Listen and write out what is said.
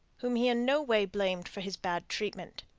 whom he in no way blamed for his bad treatment.